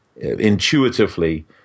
intuitively